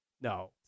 No